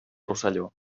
rosselló